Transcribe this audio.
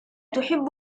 تحب